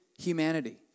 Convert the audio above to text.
humanity